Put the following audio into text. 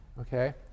okay